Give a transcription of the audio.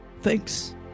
Thanks